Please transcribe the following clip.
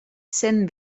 cent